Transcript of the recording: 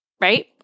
right